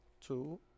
two